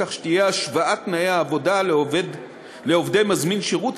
כך שתהיה השוואת תנאי עבודה לעובדי מזמין שירות,